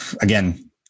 again